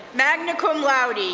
magna cum laude,